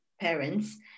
parents